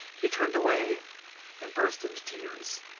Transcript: he turned away and burst into tears.